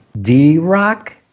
D-Rock